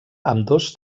ambdós